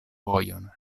vojon